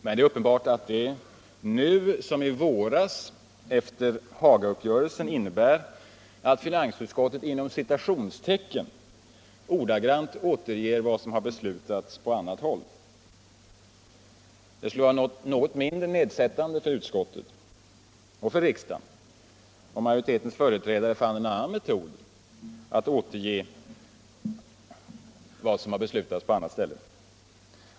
Men det är uppenbart att det nu liksom i våras efter Hagauppgörelsen innebär att finansutskottet ”ordagrant” återger vad som beslutats på annat håll. Det skulle vara något mindre nedsättande för utskottet och för riksdagen om majoritetens företrädare fann en annan metod att återge vad som beslutats på andra ställen.